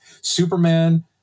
Superman